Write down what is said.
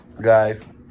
guys